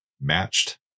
matched